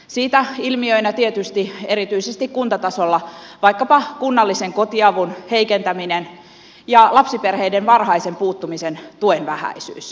siitä ilmiöinä tietysti erityisesti kuntatasolla ovat vaikkapa kunnallisen kotiavun heikentäminen ja lapsiperheiden varhaisen puuttumisen tuen vähäisyys